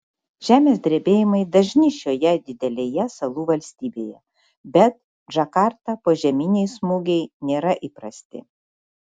žemės drebėjimai dažni šioje didelėje salų valstybėje bet džakartą požeminiai smūgiai nėra įprasti